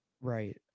right